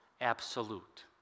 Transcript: absolute